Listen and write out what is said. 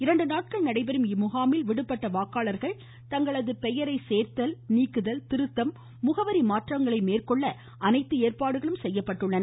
இரண்டு நாட்கள் நடைபெறும் இம்முகாமில் விடுபட்ட வாக்காளர்கள் தங்கள் பெயரை சேர்த்தல் நீக்கல் திருத்தம் மற்றும் முகவரி மாற்றங்களை மேற்கொள்ள அனைத்து ஏற்பாடுகளும் செய்யப்பட்டுள்ளன